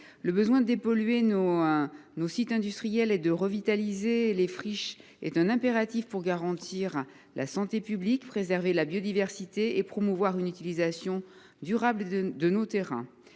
Le besoin de dépolluer nos sites industriels et de revitaliser les friches est un impératif pour garantir la santé publique, préserver la biodiversité et promouvoir une utilisation durable de nos terrains.